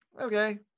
Okay